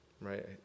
right